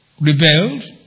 rebelled